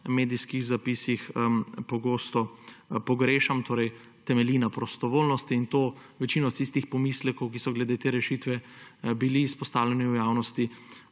medijskih zapisih pogosto pogrešam, torej temelji na prostovoljnosti; in to večino tistih pomislekov, ki so bili glede te rešitve izpostavljeni v javnosti,